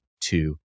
two